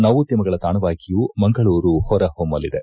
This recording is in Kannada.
ನವೋದ್ದಮಗಳ ತಾಣವಾಗಿಯೂ ಮಂಗಳೂರು ಹೊರಹೊಮ್ಮಲಿದೆ